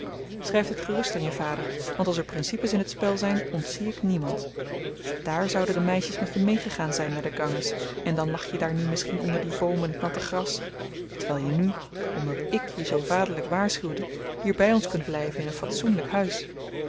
schryf dit gerust aan je vader want als er principes in t spel zyn ontzie ik niemand dààr zouden de meisjes met je meegegaan zyn naar den ganges en dan lag je daar nu misschien onder dien boom in t natte gras terwyl je nu omdat ik je zoo vaderlyk waarschuwde hier by ons kunt blyven in een fatsoenlyk huis